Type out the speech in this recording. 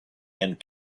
and